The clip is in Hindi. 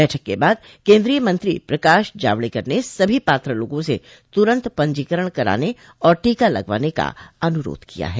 बैठक के बाद केंद्रीय मंत्री प्रकाश जावड़ेकर ने सभी पात्र लोगों से तुरंत पंजीकरण कराने और टीका लगवाने का अनुरोध किया है